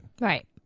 Right